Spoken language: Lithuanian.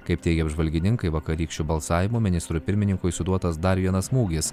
kaip teigia apžvalgininkai vakarykščiu balsavimu ministrui pirmininkui suduotas dar vienas smūgis